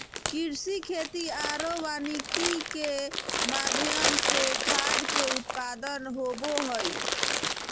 कृषि, खेती आरो वानिकी के माध्यम से खाद्य के उत्पादन होबो हइ